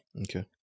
Okay